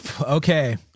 okay